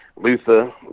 Luther